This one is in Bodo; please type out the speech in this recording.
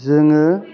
जोङो